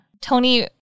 Tony